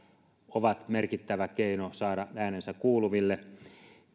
ovat merkittävä keino saada äänensä kuuluville